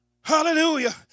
Hallelujah